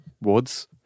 woods